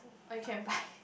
or you can buy